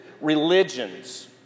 religions